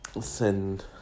send